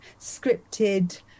scripted